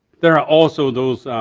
there are also those